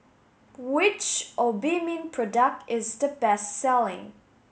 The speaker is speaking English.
which Obimin product is the best selling